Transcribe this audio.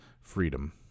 freedom